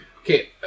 Okay